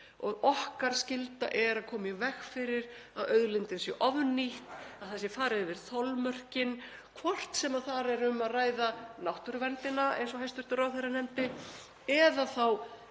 og okkar skylda er að koma í veg fyrir að auðlindin sé ofnýtt, að það sé farið yfir þolmörkin, hvort sem þar er um að ræða náttúruverndina, eins og hæstv. ráðherra nefndi, eða þá